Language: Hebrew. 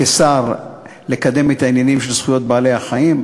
כשר לקדם את העניינים של זכויות בעלי-החיים,